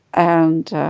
and